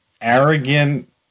Arrogant